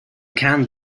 can’t